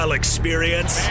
experience